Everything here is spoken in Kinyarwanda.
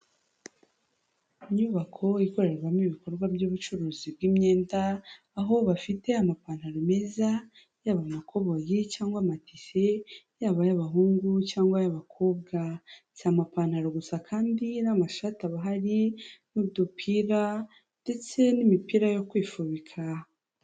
Inyubako ikorerwamo ibikorwa by'ubucuruzi bw'imyenda, aho bafite amapantaro meza, yaba amakoboyi cyangwa amatise, yaba ay'abahungu cyangwa ay'abakobwa. Si amapantaro gusa kandi n'amashati aba ahari n'udupira, ndetse n'imipira yo kwifubika.